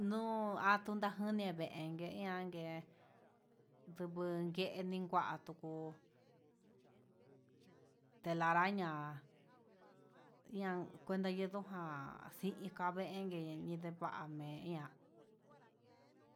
Nuu atun ndatuten veen nguen ihan hé tuku ken ninguan tuku, telaraña ian cuenta yukujá, inja vengue ñindeva'a me'e ihá.